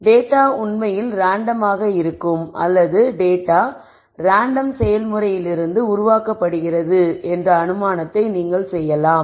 data உண்மையில் random ஆக இருக்கும் அல்லது டேட்டா ரேண்டம் செயல்முறையிலிருந்து உருவாக்கப்படுகிறது என்ற அனுமானத்தை நீங்கள் செய்யலாம்